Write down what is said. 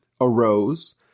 arose